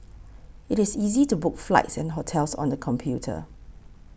it is easy to book flights and hotels on the computer